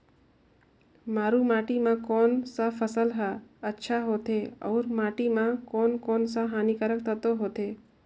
मारू माटी मां कोन सा फसल ह अच्छा होथे अउर माटी म कोन कोन स हानिकारक तत्व होथे?